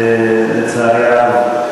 לצערי הרב,